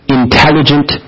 intelligent